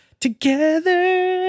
Together